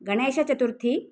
Ganesh Chaturthi